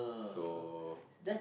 so